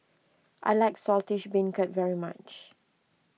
I like Saltish Beancurd very much